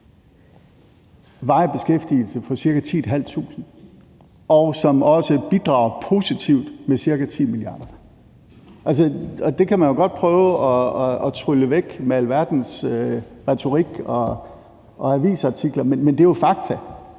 varig beskæftigelse for ca. 10.500, og som også bidrager positivt med ca. 10 mia. kr. Det kan man jo godt prøve at trylle væk med alverdens retorik og avisartikler, men det er jo fakta,